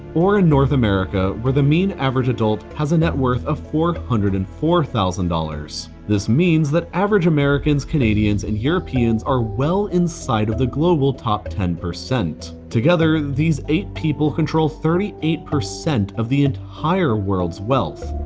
or in north america where the mean average adult has a net worth of four hundred and four thousand dollars. this means that average americans, canadians, and europeans are well inside of the global top ten. together, these eight people control thirty eight percent of the entire world's wealth,